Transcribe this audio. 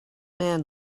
man